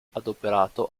adoperato